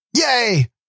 Yay